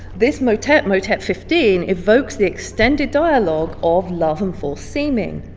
this motet, motet fifteen, evokes the extended dialogue of love and false-seeming.